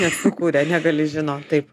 nesukūrė negali žinot taip